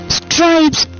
stripes